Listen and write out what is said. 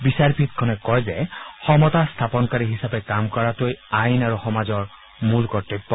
বিচাৰপীঠখনে কয় যে সমতা স্থাপনকাৰী হিচাপে কাম কৰাটোৱেই আইন আৰু সমাজৰ মূল কৰ্তব্য